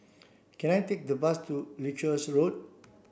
can I take the bus to Leuchars Road